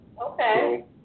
Okay